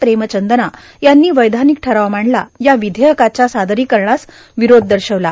प्रेमचंद्रना यांनी वैधानिक ठराव मांडला आणि या विधेयकाच्या सादरीकरणास विरोध दर्शवला